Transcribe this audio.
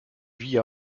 vit